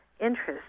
interest